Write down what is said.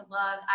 love